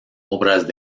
obras